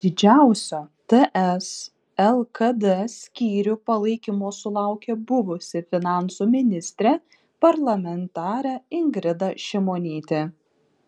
didžiausio ts lkd skyrių palaikymo sulaukė buvusi finansų ministrė parlamentarė ingrida šimonytė